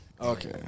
Okay